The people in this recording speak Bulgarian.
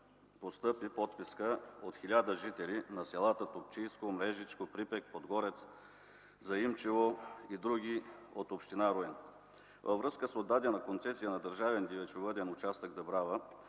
постъпи подписка от 1000 жители на селата Топчийско, Мрежичко, Припек, Подгорец, Заимчево и други от община Руен. Във връзка с отдадена концесия на Държавен дивечовъден участък „Дъбрава”